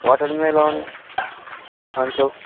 वाटरमेलनहरू खान्छौँ